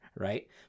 right